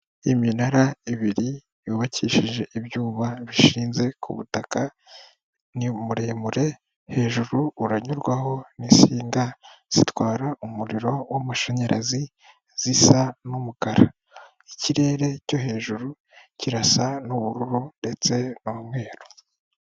Iminara ibiri yubakishije ibyuma bishinze ku butaka ,ni muremure hejuru uranyurwaho n'insinga zitwara umuriro w'amashanyarazi zisa n'umukara ,ikirere cyo hejuru kirasa n'ubururu ndetse n'umweru.